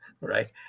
right